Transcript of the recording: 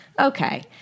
Okay